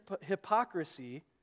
hypocrisy